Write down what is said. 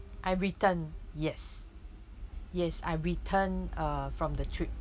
I've returned yes yes I return uh from the trip